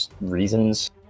reasons